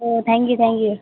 oh thank you thank you